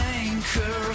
anchor